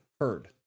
heard